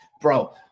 bro